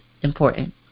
important